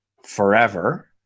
forever